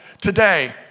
today